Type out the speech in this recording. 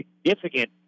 significant